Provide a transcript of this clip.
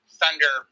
thunder